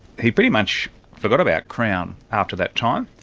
he pretty much forgot about crown after that time,